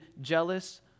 jealous